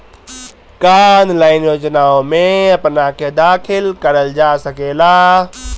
का ऑनलाइन योजनाओ में अपना के दाखिल करल जा सकेला?